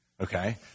Okay